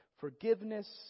Forgiveness